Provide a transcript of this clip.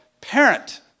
parent